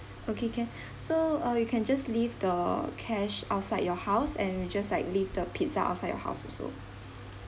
okay can so uh you can just leave the cash outside your house and we'll just like leave the pizza outside your house also